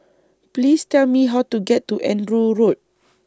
Please Tell Me How to get to Andrew Road